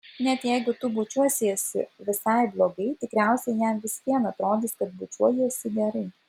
net jeigu tu bučiuosiesi visai blogai tikriausiai jam vis vien atrodys kad bučiuojiesi gerai